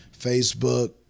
Facebook